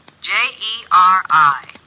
J-E-R-I